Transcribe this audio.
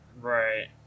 Right